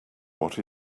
what